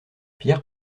pierre